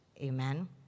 Amen